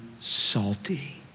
salty